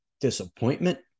disappointment